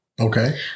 Okay